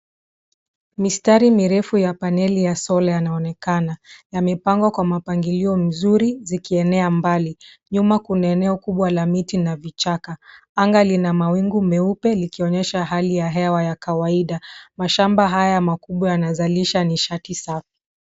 Mistari mirefu ya paneli ya solar yanaonekana. Yamepangwa kwa mapangalio mzuri zikienea mbali. Nyuma kuna eneo kubwa la miti na vichaka. Anga lina mawingu meupe likionyesha hali ya hewa ya kawaida. Mashamba haya makubwa yanazalisha nishati safi.